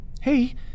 Hey